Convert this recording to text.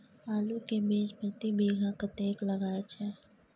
आलू के बीज प्रति बीघा कतेक लागय छै?